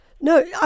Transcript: No